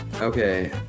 Okay